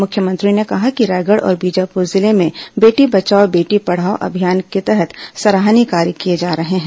मुख्यमंत्री ने ैकहा कि रायगढ़ और बीजापुर जिले में बेटी बचाओ बेटी पढ़ाओ अभियान के तहत सराहनीय कार्य किए जा रहे हैं